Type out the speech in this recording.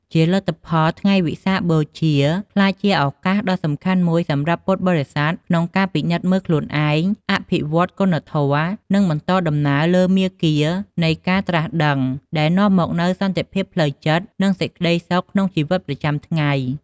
ជាលទ្ធផល ថ្ងៃវិសាខបូជាក្លាយជាឱកាសដ៏សំខាន់មួយសម្រាប់ពុទ្ធបរិស័ទក្នុងការពិនិត្យមើលខ្លួនឯង អភិវឌ្ឍគុណធម៌ និងបន្តដំណើរលើមាគ៌ានៃការត្រាស់ដឹង ដែលនាំមកនូវសន្តិភាពផ្លូវចិត្ត និងសេចក្តីសុខក្នុងជីវិតប្រចាំថ្ងៃ។